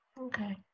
Okay